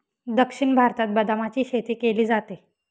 दक्षिण भारतात बदामाची शेती केली जाते